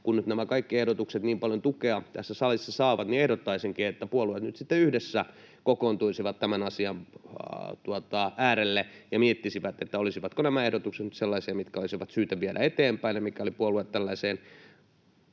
nyt nämä kaikki ehdotukset niin paljon tukea tässä salissa saavat, niin ehdottaisinkin, että puolueet nyt sitten yhdessä kokoontuisivat tämän asian äärelle ja miettisivät, olisivatko nämä ehdotukset sellaisia, mitkä olisi syytä viedä eteenpäin, ja mikäli puolueet tällaiseen